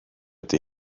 ydy